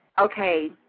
okay